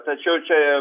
tačiau čia